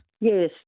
Yes